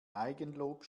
eigenlob